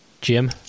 jim